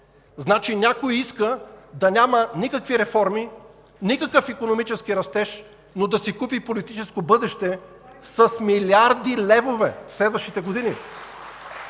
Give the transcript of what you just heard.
Значи някой иска да няма никакви реформи, никакъв икономически растеж, но да си купи политическо бъдеще с милиарди левове в следващите години!